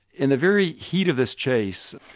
in the very heat of this chase,